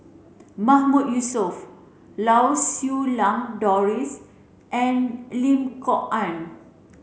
Mahmood Yusof Lau Siew Lang Doris and Lim Kok Ann